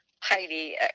Heidi